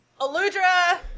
Aludra